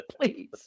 please